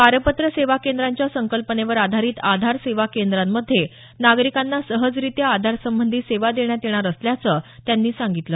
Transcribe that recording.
पारपत्र सेवा केंद्रांच्या संकल्पनेवर आधारीत आधार सेवा केंद्रांमध्ये नागरिकांना सहजरित्या आधारसंबंधी सेवा देण्यात येणार असल्याचं त्यांनी सांगितलं